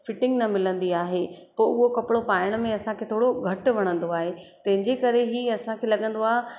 fitting न मिलंदी आहे पोइ उहो कपिड़ो पाइण में असांखे थोरो घटि वणंदो आहे तंहिंजे करे हीउ असांखे लॻंदो आहे